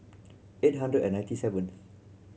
eight hundred and ninety seventh